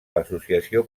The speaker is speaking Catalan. l’associació